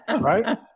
right